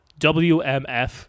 WMF